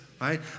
right